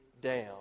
down